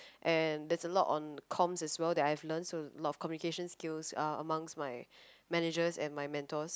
and there's a lot on comms as well that I've learnt so a lot of communication skills uh amongst my managers and my mentors